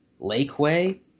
Lakeway